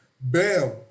Bam